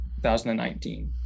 2019